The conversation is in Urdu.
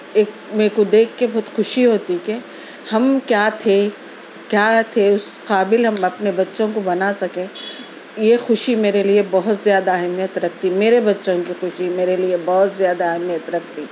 ایک میرے کو دیکھ کے بہت خوشی ہوتی کے ہم کیا تھے کیا تھے اس قابل ہم اپنے بچوں کو بنا سکے یہ خوشی میرے لیے بہت زیادہ اہمیت رکھتی میرے بچوں کی خوشی میرے لیے بہت زیادہ اہمیت رکھتی